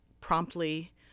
promptly